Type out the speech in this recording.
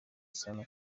sana